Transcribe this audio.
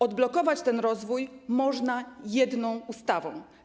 Odblokować ten rozwój można jedną ustawą.